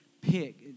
pick